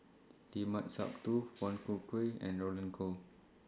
Limat Sabtu Foong and Roland Goh